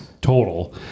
total